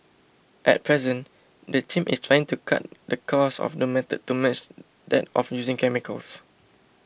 at present the team is trying to cut the cost of the method to match that of using chemicals